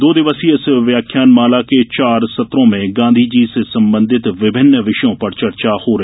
दो दिवसीय इस व्याख्यानमाला के चार सत्रों में गांधी जी से संबंधित विभिन्न विषयों पर चर्चा होगी